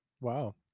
wow